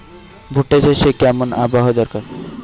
ভুট্টা চাষে কেমন আবহাওয়া দরকার?